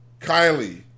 Kylie